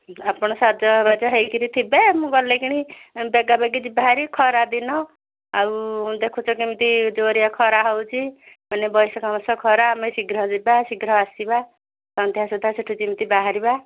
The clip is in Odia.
ଆପଣ ସଜବାଜ ହୋଇ କରି ଥିବେ ମୁଁ ଗଲା କ୍ଷଣି ବେଗା ବେଗି ବାହାରିବେ ଖରା ଦିନ ଆଉ ଦେଖୁଛ କେମିତି ଜୋରିଆ ଖରା ହେଉଛି ଏବେ ବୈଶାଖ ମାସ ଖରା ଆମେ ଶୀଘ୍ର ଯିବା ଶୀଘ୍ର ଆସିବା ସନ୍ଧ୍ୟା ସୁଦ୍ଧା ସେଠୁ ଯେମିତି ବାହାରିବା